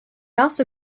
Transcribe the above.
also